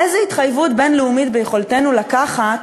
איזו התחייבות בין-לאומית ביכולתנו לקחת